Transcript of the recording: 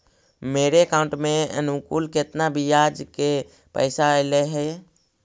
मेरे अकाउंट में अनुकुल केतना बियाज के पैसा अलैयहे?